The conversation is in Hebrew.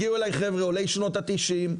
הגיעו אליי חבר'ה עולי שנות ה-90,